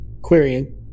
Querying